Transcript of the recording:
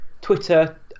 Twitter